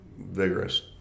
vigorous